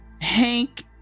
Hank